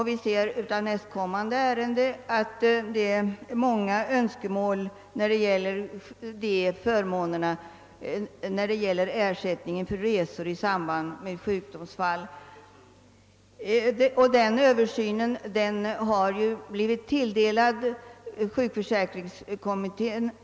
Som vi ser av nästa ärende på föredragningslistan föreligger det många önskemål i fråga om ersättning för resor i samband med sjukdomsfall. Sjukförsäkringskommittén skall enligt sina direktiv göra en översyn av dessa spörsmål.